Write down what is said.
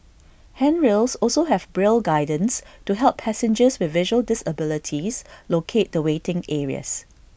handrails also have braille guidance to help passengers with visual disabilities locate the waiting areas